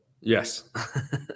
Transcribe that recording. Yes